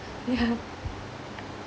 yeah